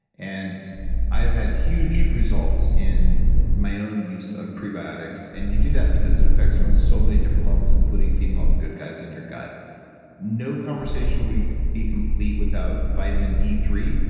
and i've had huge results in my own use of prebiotics. and you do that, because it affects you on so many different levels, including feeding all the good guys in your gut no conversation would be complete without vitamin d three.